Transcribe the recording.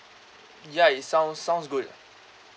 ya it sounds sounds good